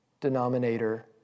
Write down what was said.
denominator